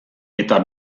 eta